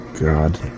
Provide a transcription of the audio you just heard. God